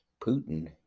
Putin